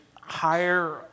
higher